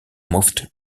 moved